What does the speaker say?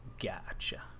Gotcha